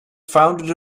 founded